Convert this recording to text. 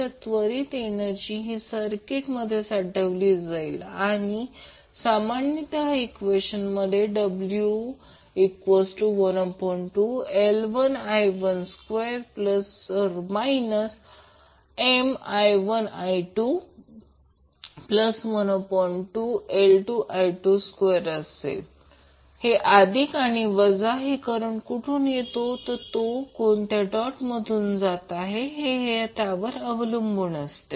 तर त्वरित एनर्जी ही सर्किट मध्ये साठवली जाईल आणि ती सामान्यतः ईक्वेशनद्वारे w12L1i12±Mi1i212L2i22 अधिक आणि वजा हे करंट कुठून आत येते आणि कोणत्या डॉट मधून बाहेर जाते यावर अवलंबून आहे